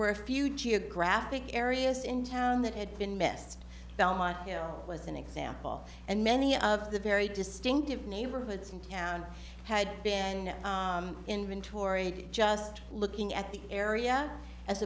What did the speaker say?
were a few geographic areas in town that had been missed belmont you know was an example and many of the very distinctive neighborhoods in town had been inventory just looking at the area as